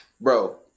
Bro